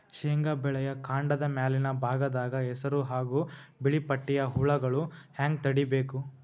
ಶೇಂಗಾ ಬೆಳೆಯ ಕಾಂಡದ ಮ್ಯಾಲಿನ ಭಾಗದಾಗ ಹಸಿರು ಹಾಗೂ ಬಿಳಿಪಟ್ಟಿಯ ಹುಳುಗಳು ಹ್ಯಾಂಗ್ ತಡೀಬೇಕು?